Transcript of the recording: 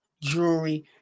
jewelry